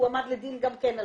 הוא הועמד לדין על אונס.